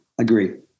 agree